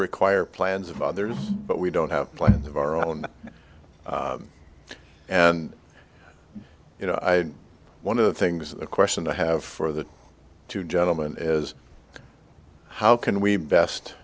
require plans of others but we don't have plans of our own and you know i one of the things the question i have for the two gentlemen is how can we best